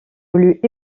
voulut